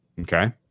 Okay